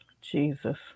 Jesus